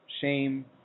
shame